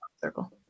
circle